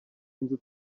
inzu